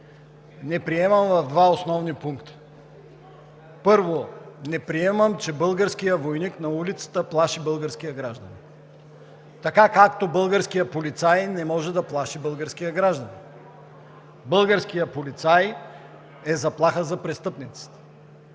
го приемам в два основни пункта. Първо, не приемам, че българският войник на улицата плаши българския гражданин, така както българският полицай не може да плаши българския гражданин. Българският полицай е заплаха за престъпниците.